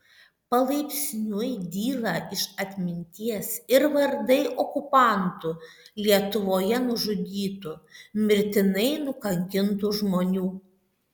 palaipsniui dyla iš atminties ir vardai okupantų lietuvoje nužudytų mirtinai nukankintų žmonių